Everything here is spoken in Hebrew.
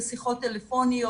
בשיחות טלפון,